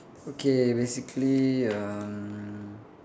okay basically um